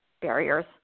barriers